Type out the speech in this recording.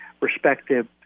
respective